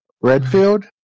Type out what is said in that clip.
Redfield